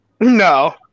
No